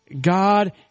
God